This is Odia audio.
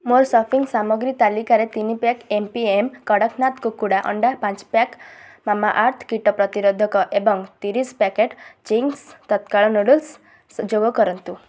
ମୋର ସପିଂ ସାମଗ୍ରୀ ତାଲିକାରେ ତିନି pack M P M Kadaknath କୁକୁଡ଼ା ଅଣ୍ଡା ପାଞ୍ଚ ପ୍ୟାକ୍ ମାମାଅର୍ଥ କୀଟ ପ୍ରତିରୋଧକ ଏବଂ ତିରିଶ ପ୍ୟାକେଟ୍ ଚିଙ୍ଗ୍ସ୍ ତତ୍କାଳ ନୁଡ଼ଲ୍ସ୍ ଯୋଗ କରନ୍ତୁ